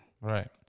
right